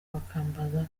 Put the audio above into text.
bakambaza